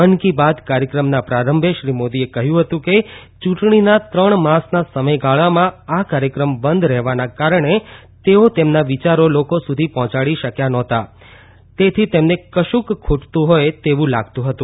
મન કી બાત કાર્યક્રમના પ્રારંભે શ્રી મોદીએ કહ્યું હતું કે યુંટણીના ત્રણ માસના સમયગાળામાં આ કાર્યક્રમ બંધ રહેવાના કારણે તેઓ તેમના વિચારો લોકો સુધી પહોંચાડી નહોતા શકયા તેથી તેમને કશુક ખુટતું હોય તેવુ લાગતું હતું